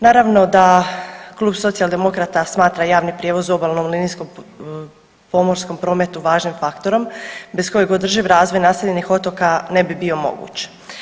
Naravno da Klub Socijaldemokrata smatra javni prijevoz u obalnom linijskom pomorskom prometu važnim faktorom bez kojeg održiv razvoj naseljenih otoka ne bi bio moguć.